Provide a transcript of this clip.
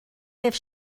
deve